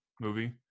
movie